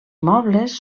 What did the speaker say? mobles